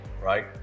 right